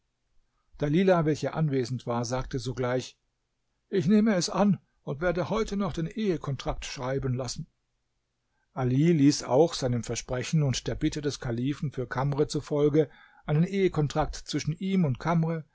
dalilah welche anwesend war sagte sogleich ich nehme es an und werde heute noch den ehe kontrakt schreiben lassen ali ließ auch seinem versprechen und der bitte des kalifen für kamr zufolge einen ehe kontrakt zwischen ihm und kamr